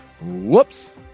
Whoops